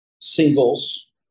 singles